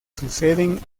suceden